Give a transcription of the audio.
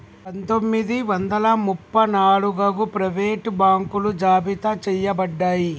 పందొమ్మిది వందల ముప్ప నాలుగగు ప్రైవేట్ బాంకులు జాబితా చెయ్యబడ్డాయి